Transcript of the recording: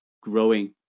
growing